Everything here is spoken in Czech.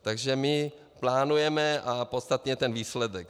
Takže my plánujeme a podstatný je ten výsledek.